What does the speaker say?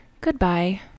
Goodbye